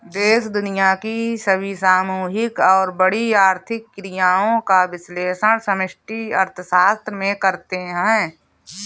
देश दुनिया की सभी सामूहिक और बड़ी आर्थिक क्रियाओं का विश्लेषण समष्टि अर्थशास्त्र में करते हैं